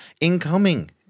Incoming